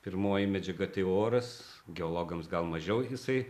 pirmoji medžiaga tai oras geologams gal mažiau jisai